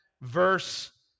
verse